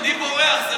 אני בורח.